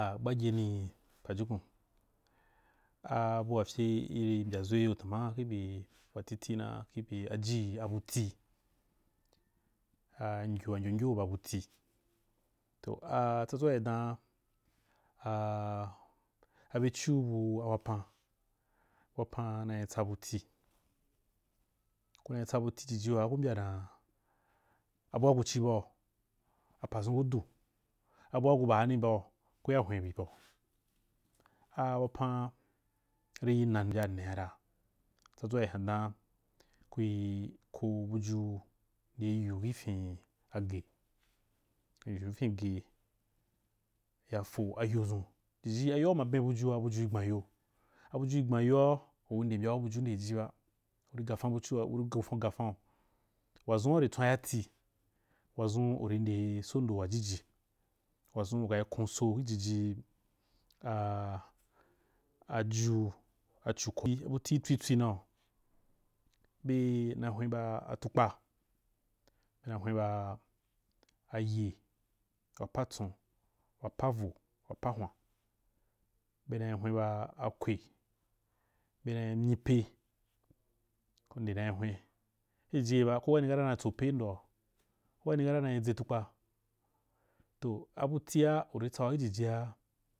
Gbageni pajukun a bu afye iri mbyazao iyo tama khibei bua titina kibei ajii abuti angyua gyaugya ba buti toh a tsazua idana, a-abechubu awapan, wapan naitsa buti, kuna tsa buti jijiwaa ku mbya dan’a abua kuchi jiji waa ku mbya dan’a abua kuchi bau kuch bau, apazun kudu abua ku baani bau kuya hwen bibua, a wapan rii na mbya ne’are ku baani buju ndeiyu khfin ageh ndeiyuirenge yako ayozun, jiji ayoa umaben bujua bujui gban yo, ab jiu gbanyoa uri nde mbyau buju ndeijiba uri gakan bujua uri kan gufan’u wazuna uri tswayati wazun uri ndei so ndo wajiji wazum uri kai koso ijiji a-aju achikun, abutswi nau bena hwenbaa ayeh wapa tson wapavo, wapahwen bena’i myipe kunde nai hwen, kijiji yeba ko kani kata nai dzetukpa toh abutia uri tsau kijijia.